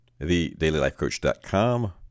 thedailylifecoach.com